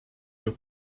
your